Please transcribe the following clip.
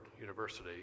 University